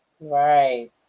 Right